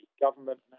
government